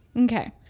Okay